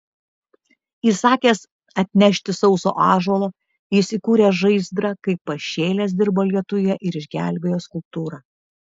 įsakęs atnešti sauso ąžuolo jis įkūrė žaizdrą kaip pašėlęs dirbo lietuje ir išgelbėjo skulptūrą